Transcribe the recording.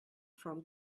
from